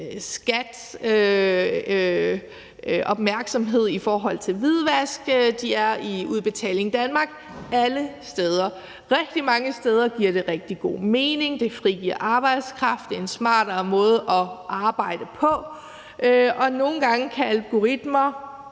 opmærksomhed i forhold til hvidvask, de er der i Udbetaling Danmark, altså alle steder, og rigtig mange steder giver det rigtig god mening. For det frigør arbejdskraft, det er en smartere måde at arbejde på, og nogle gange kan algoritmer,